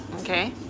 okay